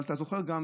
אבל אתה זוכר גם